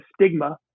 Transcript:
stigma